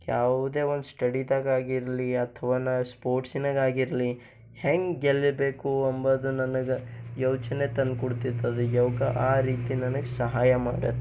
ಯಾವುದೇ ಒಂದು ಸ್ಟಡಿದಾಗಾಗಿರಲಿ ಅಥ್ವಾ ನಾ ಸ್ಪೋರ್ಟ್ಸಿನಾಗಾಗಿರಲಿ ಹೆಂಗ ಗೆಲ್ಲಿಬೇಕು ಅಂಬೋದು ನನಗ ಯೋಚನೆ ತಂದುಕೊಡ್ತಿತ್ತದು ಯೋಗ ಆ ರೀತಿ ನನಗ ಸಹಾಯ ಮಾಡಿತ್